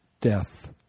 Death